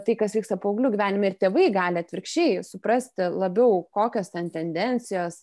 tai kas vyksta paauglių gyvenime ir tėvai gali atvirkščiai suprasti labiau kokios ten tendencijos